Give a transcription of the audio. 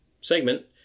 segment